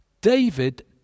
David